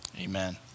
amen